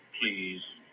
Please